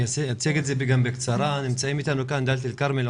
אני אעשה את זה בקצרה נמצאים איתנו כאן הורים מדאלית אל-כרמל,